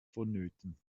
vonnöten